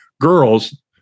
girls